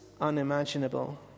unimaginable